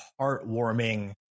heartwarming